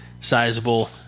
sizable